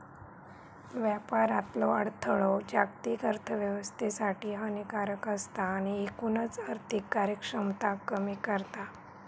व्यापारातलो अडथळो जागतिक अर्थोव्यवस्थेसाठी हानिकारक असता आणि एकूणच आर्थिक कार्यक्षमता कमी करता